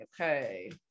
okay